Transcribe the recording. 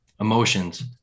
emotions